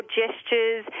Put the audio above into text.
gestures